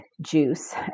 juice